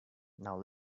now